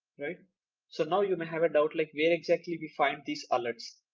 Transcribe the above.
so now you may have a doubt like where exactly we find these alerts?